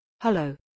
Hello